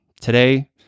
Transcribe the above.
today